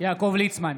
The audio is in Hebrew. יעקב ליצמן,